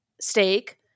steak